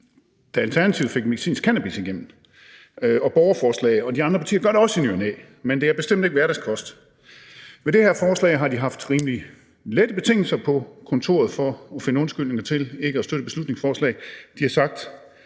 da Alternativet fik medicinsk cannabis igennem; borgerforslag og de andre partier lykkedes også med det i ny og næ jo, men det er bestemt ikke hverdagskost. Med det her forslag har de haft rimelig lette betingelser på kontoret for at finde undskyldninger for ikke at støtte beslutningsforslaget. De har sagt: